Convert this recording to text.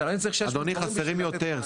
אדוני חסרים יותר,